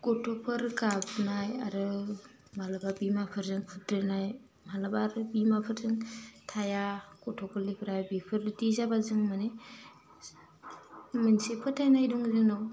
गथ'फोर गाबनाय आरो मालाबा बिमाफोरजों खुद्रिनाय मालाबा आरो बिमाफोरजों थाया गथ' गोरलैफ्रा बिफोर बायदि जाबा जोङो मोनसे फोथाइनाय दं जोंनाव